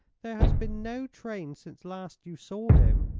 there has been no train since last you saw him.